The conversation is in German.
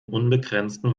unbegrenzten